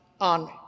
on